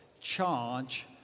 charge